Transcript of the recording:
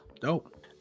dope